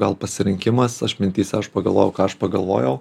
gal pasirinkimas aš mintyse aš pagalvojau ką aš pagalvojau